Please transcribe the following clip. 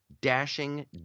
dashing